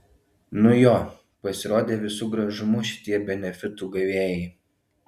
nu jo pasirodė visu gražumu šitie benefitų gavėjai